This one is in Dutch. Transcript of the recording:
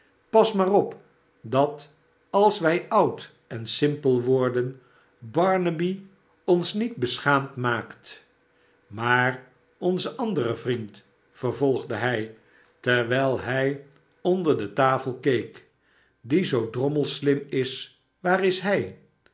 pas maar op dat als wij oud en simpel worden barnaby ons niet beschaamd maakt maar onze andere vriend vervolgde hijterwijl hij onder de tafel keek die zoo drommels slim is waar is hij